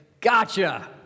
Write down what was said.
gotcha